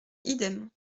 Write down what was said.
idem